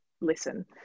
listen